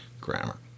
grammar